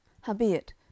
Howbeit